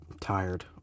tired